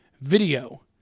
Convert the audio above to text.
Video